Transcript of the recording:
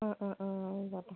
ആ ആ ആ ആയിക്കോട്ടെ